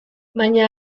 baina